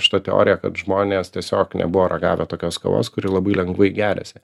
šita teorija kad žmonės tiesiog nebuvo ragavę tokios kavos kuri labai lengvai geriasi